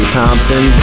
Thompson